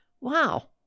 wow